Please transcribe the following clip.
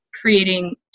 creating